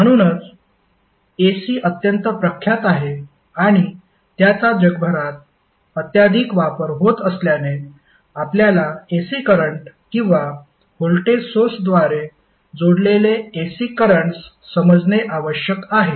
म्हणूनच AC अत्यंत प्रख्यात आहे आणि त्याचा जगभरात अत्याधिक वापर होत असल्याने आपल्याला AC करंट किंवा व्होल्टेज सोर्सद्वारे जोडलेले AC करंट्स समजणे आवश्यक आहे